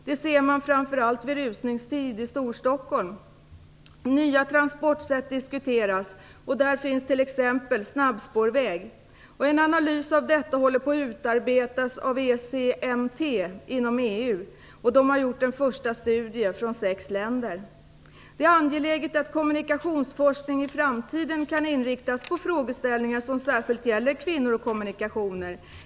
Det ser man framför allt vid rusningstid i Storstockholm. Nya transportsätt diskuteras, t.ex. snabbspårväg. En analys av detta utarbetas för närvarande av ECMT inom EU. Man har gjort en första studie från sex länder. Det är angeläget att kommunikationsforskning i framtiden kan inriktas på frågeställningar som särskilt gäller kvinnor och kommunikationer.